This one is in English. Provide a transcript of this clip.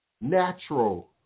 natural